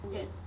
Yes